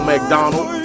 McDonald